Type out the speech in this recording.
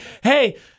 hey